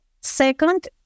Second